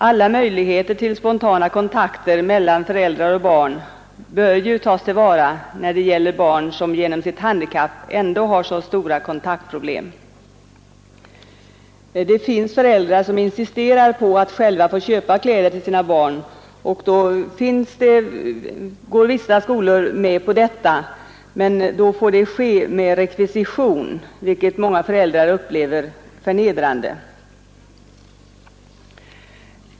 Alla möjligheter till spontana kontakter mellan föräldrar och barn bör ju tas till vara när det gäller barn som genom sitt handikapp ändå har så stora kontaktproblem. Det finns föräldrar som insisterar på att själva få köpa kläder till sina barn. Det går vissa skolor med på, men då får det ske mot rekvisition, vilket många föräldrar upplever förnedrande.